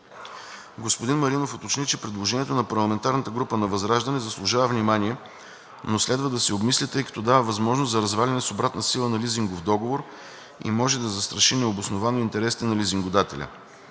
Господин Маринов уточни, че предложението на парламентарната група на ВЪЗРАЖДАНЕ заслужава внимание, но следва да се обмисли, тъй като дава възможност за разваляне с обратна сила на лизинговия договор и може да застраши необосновано интересите на лизингодателя.